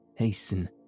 Hasten